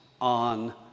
on